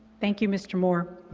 thank you, mr. moore.